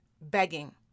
begging